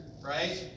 right